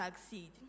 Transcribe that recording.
succeed